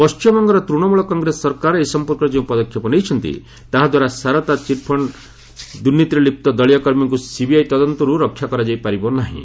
ପଣ୍ଢିମବଙ୍ଗର ତୃଣମୂଳ କଂଗ୍ରେସ ସରକାର ଏ ସମ୍ପର୍କରେ ଯେଉଁ ପଦକ୍ଷେପ ନେଇଛନ୍ତି ତାହାଦ୍ୱାରା ସାରଦା ଚିଟ୍ଫଣ୍ଡ୍ ଦୁର୍ନୀତିରେ ଲିପ୍ତ ଦଳୀୟ କର୍ମୀଙ୍କୁ ସିବିଆଇ ତଦନ୍ତରୁ ରକ୍ଷା କରାଯାଇପାରିବ ନାହିଁ